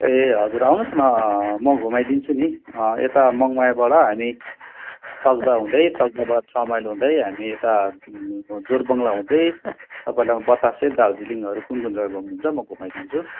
ए हजुर आउनुहोस् न म घुमाइदिन्छु नि यता मङमायाबाट हामी तकदाह हुँदै तकदाहबाट छ माइल हुँदै हामी यता जोरबङ्गला हुँदै तपाईँलाई म बतासे दार्जिलिङहरू कुन कुन घुम्नु हुन्छ म घुमाइदिन्छु